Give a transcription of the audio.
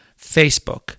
Facebook